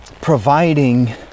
providing